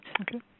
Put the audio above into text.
Okay